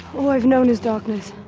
all i've known is darkness.